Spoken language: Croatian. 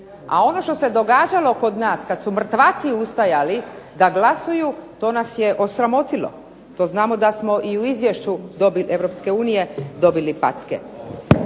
a ono što se događalo kod nas kad su mrtvaci ustajali da glasuju to nas je osramotilo. To znamo da smo i u izvješću Europske unije dobili packe.